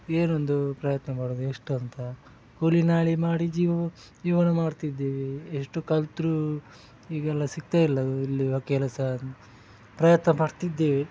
ಏನೊಂದು ಪ್ರಯತ್ನ ಮಾಡೋದು ಎಷ್ಟು ಅಂತ ಕೂಲಿ ನಾಲಿ ಮಾಡಿ ಜೀವ ಜೀವನ ಮಾಡ್ತಿದ್ದೀವಿ ಎಷ್ಟು ಕಲಿತ್ರು ಈಗೆಲ್ಲ ಸಿಗ್ತಾಯಿಲ್ಲ ಇಲ್ಲಿನ ಕೆಲಸ ಪ್ರಯತ್ನ ಪಡ್ತಿದ್ದೇವೆ